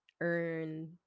earn